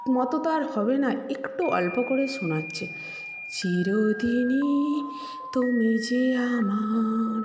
মতো তো আর হবে না একটু অল্প করে শোনাচ্ছি